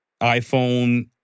iPhone